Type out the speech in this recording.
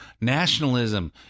Nationalism